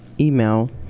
email